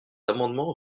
amendement